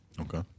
Okay